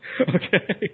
Okay